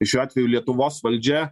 tai šiuo atveju lietuvos valdžia